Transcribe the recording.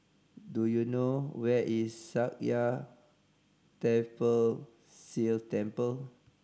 do you know where is Sakya Tenphel Sea You Temple